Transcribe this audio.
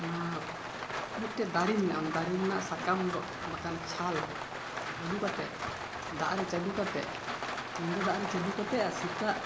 ᱚᱱᱟ ᱢᱤᱫᱴᱮᱱ ᱫᱟᱨᱮ ᱢᱮᱱᱟᱜᱼᱟ ᱚᱱᱟ ᱫᱟᱨᱮ ᱨᱮᱱᱟᱜ ᱥᱟᱠᱟᱢ ᱵᱟᱠᱷᱟᱱ ᱚᱱᱟ ᱪᱷᱟᱞ ᱟᱹᱜᱩ ᱠᱟᱛᱮᱫ ᱫᱟᱜᱨᱮ ᱪᱟᱰᱚ ᱠᱟᱛᱮᱫ ᱧᱤᱫᱟᱹ ᱫᱟᱜᱨᱮ ᱪᱟᱰᱚ ᱠᱟᱛᱮᱫ ᱥᱮᱛᱟᱜ